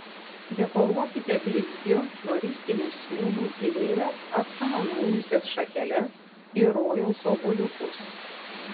dekoruokite blizgiu floristiniu siūlu įvairias apsamanojusias šakeles ir rojaus obuoliukus